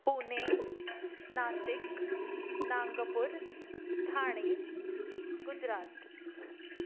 Pune Nashik Nagpur Thane Gujarat